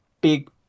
big